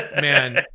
man